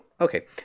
okay